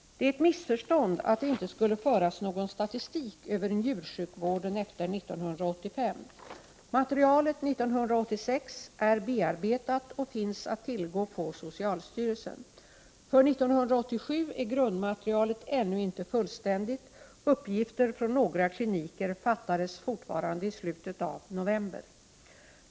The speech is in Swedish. Det är ett missförstånd att det inte skulle föras någon statistik över njursjukvården efter 1985. Materialet för 1986 är bearbetat och finns att tillgå på socialstyrelsen. För 1987 är grundmaterialet ännu inte fullständigt, uppgifter från några kliniker fattades fortfarande i slutet av november.